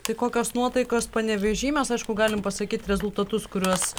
tai kokios nuotaikos panevėžy mes aišku galim pasakyt rezultatus kuriuos